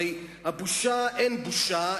הרי אין בושה,